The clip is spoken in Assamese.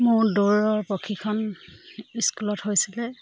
মোৰ দৌৰৰ প্ৰশিক্ষণ স্কুলত হৈছিলে